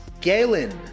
Galen